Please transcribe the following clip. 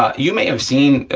ah you may have seen,